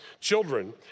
Children